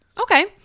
Okay